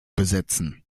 besetzen